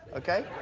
okay.